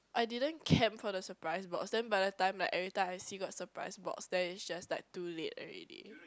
I didn't camp for the surprise box then by the time like every time I see got surprise box then it's just like too late already